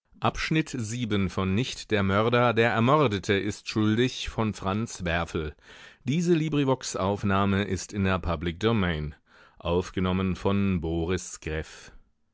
nicht der mörder der ermordete ist schuldig